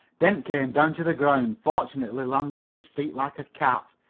dent came down to the ground, fortunately landing on his feet like a cat.